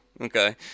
okay